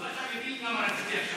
אתה מבין למה רציתי עכשיו.